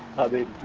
of a